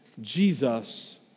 Jesus